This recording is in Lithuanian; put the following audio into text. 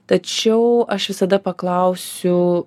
tačiau aš visada paklausiu